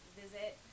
visit